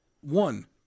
one